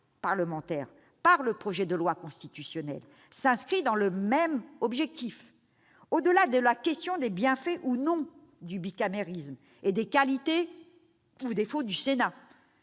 par le projet de loi constitutionnelle s'inscrit dans le même objectif. Au-delà de la question des bienfaits ou non du bicamérisme et des qualités ou des défauts du Sénat,